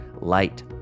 Light